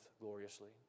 gloriously